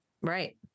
Right